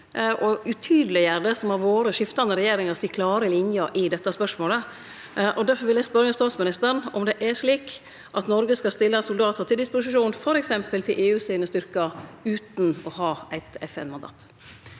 og utydeleggjer det som har vore skiftande regjeringar si klare line i dette spørsmålet. Derfor vil eg spørje statsministeren om det er slik at Noreg skal stille soldatar til disposisjon, t.d. til EU sine styrkar, utan å ha eit FN-mandat.